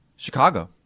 Chicago